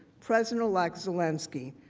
president-elect zelensky,